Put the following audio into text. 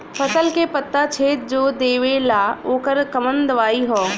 फसल के पत्ता छेद जो देवेला ओकर कवन दवाई ह?